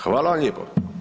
Hvala vam lijepo.